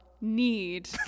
need